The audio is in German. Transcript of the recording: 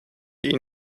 ihn